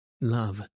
love